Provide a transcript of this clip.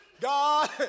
God